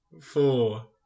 four